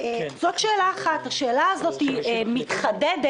השאלה הזאת מתחדדת,